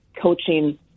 coaching